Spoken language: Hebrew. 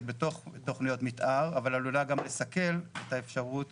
בתוך תכניות מתאר אבל עלולה גם לסכל את האפשרות